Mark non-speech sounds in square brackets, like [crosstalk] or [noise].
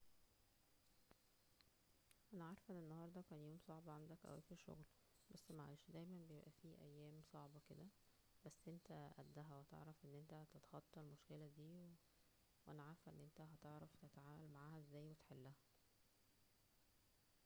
انا عارفة ان انهاردة كان يوم صعب عندك اوى فى الشغل, بس معلش دايما بيبقى فى ايام صعبة كدا بس انت قدها وهتعرف ان انت تتخطى المشكلة دى [hesitation] وانا عارفة ان انت هتعرف تتعامل معاها ازاى وتحلها